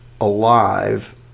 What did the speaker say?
alive